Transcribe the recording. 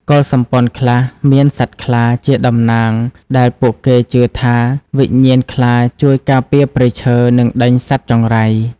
កុលសម្ព័ន្ធខ្លះមាន "សត្វខ្លា" ជាតំណាង ដែលពួកគេជឿថាវិញ្ញាណខ្លាជួយការពារព្រៃឈើ និងដេញសត្វចង្រៃ។